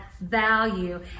value